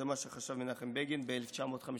זה מה שחשב מנחם בגין ב-1956.